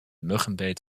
muggenbeet